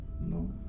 No